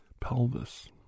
pelvis